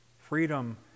Freedom